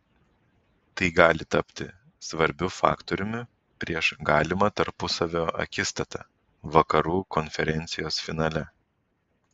tai gali tapti svarbiu faktoriumi prieš galimą tarpusavio akistatą vakarų konferencijos finale